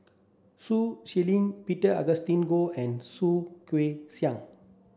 Sun Xueling Peter Augustine Goh and Soh Kay Siang